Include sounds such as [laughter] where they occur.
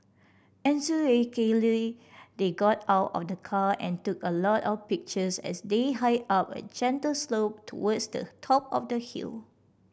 [unintelligible] they got out of the car and took a lot of pictures as they hiked up a gentle slope towards the top of the hill